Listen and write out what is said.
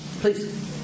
Please